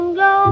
go